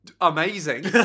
amazing